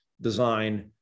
design